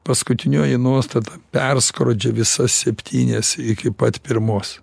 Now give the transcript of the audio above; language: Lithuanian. paskutinioji nuostata perskrodžia visas septynias iki pat pirmos